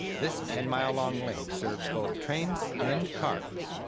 this ten-mile-long link serves both trains and cars.